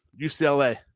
UCLA